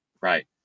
Right